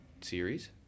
Series